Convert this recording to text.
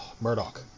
Murdoch